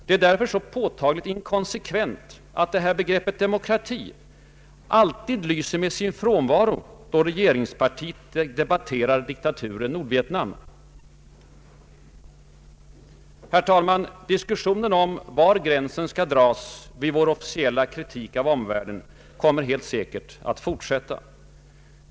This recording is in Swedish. Det är därför så påtagligt inkonsekvent att detta begrepp — demokrati — alltid lyser med sin frånvaro då regeringspartiet debatterar diktaturen Nordvietnam. Herr talman! Diskussionen om var gränsen skall dras vid vår officiella kritik av omvärlden kommer alldeles säkert att fortsätta.